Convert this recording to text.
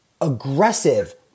aggressive